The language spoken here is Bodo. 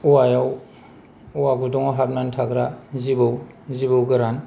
औवायाव औवा गुदुंआव हाबनानै थाग्रा जिबौ जिबौ गोरान